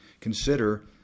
consider